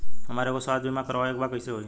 हमरा एगो स्वास्थ्य बीमा करवाए के बा कइसे होई?